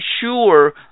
sure